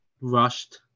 Rushed